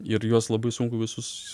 ir juos labai sunku visus